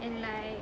and like